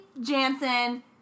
Jansen